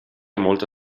molto